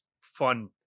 fun